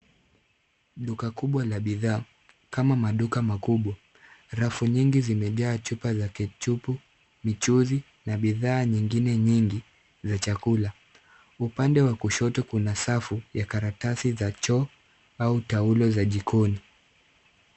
Duka kubwa la bidhaa. Kama maduka makubwa, rafu nyingi zimejaa chupa za kitupu, michuzi na bidhaa nyingine nyingi za chakula. Upande wa kushoto kuna safu ya karatasi za choo au taulo za jikoni.